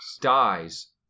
dies